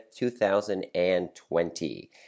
2020